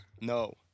No